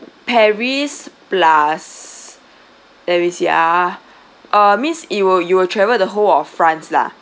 paris plus let me see ah uh means it will you will travel the whole of france lah